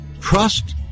Trust